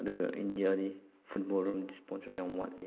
ꯑꯗꯨꯒ ꯏꯟꯗꯤꯌꯥꯗꯤ ꯐꯨꯠꯕꯣꯜ ꯂꯣꯝꯗ ꯏꯁꯄꯣꯟꯁꯔ ꯌꯥꯝ ꯋꯥꯠꯂꯤ